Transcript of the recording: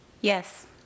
Yes